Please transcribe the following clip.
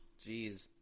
Jeez